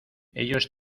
ellos